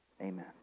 Amen